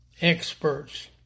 experts